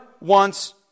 wants